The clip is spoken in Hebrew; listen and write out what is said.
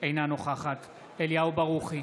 אינה נוכחת אליהו ברוכי,